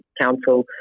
council